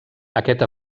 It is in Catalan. aquest